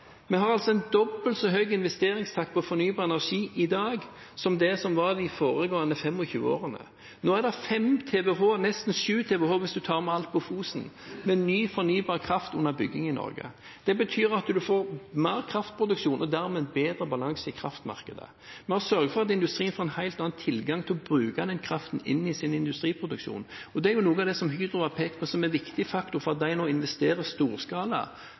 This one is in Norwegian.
Vi har altså en dobbelt så høy investeringstakt når det gjelder fornybar energi i dag, som det man hadde i de foregående 25 årene. Nå er det 5 TWh, nesten 7 TWh hvis man tar med alt på Fosen, med ny fornybar kraft under bygging i Norge. Det betyr at man får mer kraftproduksjon og dermed bedre balanse i kraftmarkedet. Vi har sørget for at industrien får en helt annet tilgang til å bruke kraften i sin industriproduksjon, og det er noe av det Hydro har pekt på som en viktig faktor for at de nå investerer i storskala